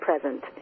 present